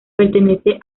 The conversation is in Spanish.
pertenece